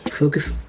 Focus